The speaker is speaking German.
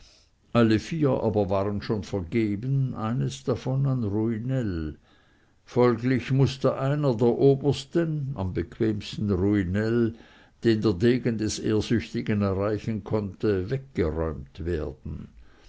alle vier aber waren schon vergeben eines davon an ruinell folglich mußte einer der obersten am bequemsten ruinell den der degen des ehrsüchtigen erreichen konnte weggeräumt werden